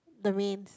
the mains